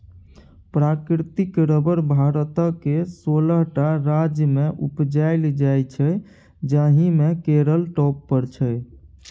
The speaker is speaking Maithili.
प्राकृतिक रबर भारतक सोलह टा राज्यमे उपजाएल जाइ छै जाहि मे केरल टॉप पर छै